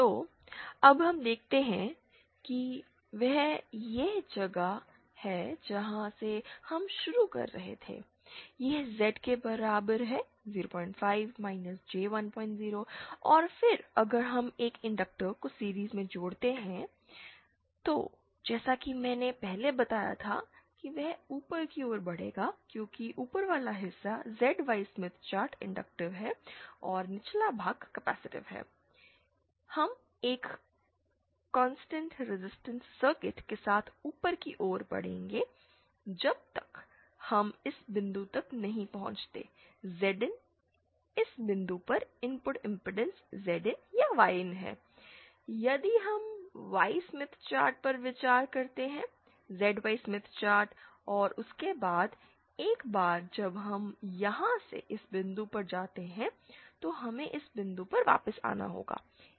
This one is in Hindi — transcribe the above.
तो अब हम देखते हैं कि यह वह जगह है जहां से हम शुरू कर रहे थे यह Z के बराबर है 05 J10 और फिर अगर हम एक इनडंक्टर को सीरिज़ में जोड़ते हैं तो जैसा कि मैंने पहले बताया था कि यह ऊपर की ओर बढ़ेगा क्योंकि ऊपर वाला हिस्सा ZY स्मिथ चार्ट इंडक्टिव है और निचला भाग कैपेसिटिव है हम एक कंसिस्टेंट रीसिस्टेंस सर्कल के साथ ऊपर की ओर बढ़ेंगे जब तक हम इस बिंदु तक नहीं पहुंचते Zin इस बिंदु पर इनपुट इमपेडेंस Zin या Yin है यदि हम वाई स्मिथ चार्ट पर विचार करते हैं ZY स्मिथ चार्ट और उसके बाद एक बार जब हम यहाँ से इस बिंदु पर जाते हैं तो हमें इस बिंदु पर वापस आना होगा